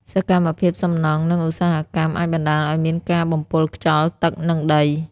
សកម្មភាពសំណង់ និងឧស្សាហកម្មអាចបណ្ដាលឲ្យមានការបំពុលខ្យល់ ទឹក និងដី។